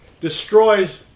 destroys